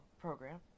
program